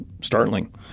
startling